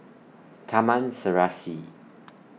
Taman Serasi